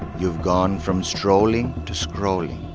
you've gone from strolling to scrolling,